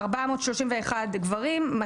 431 גברים,